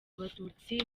abatutsi